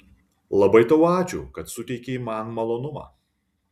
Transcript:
labai tau ačiū kad suteikei man malonumą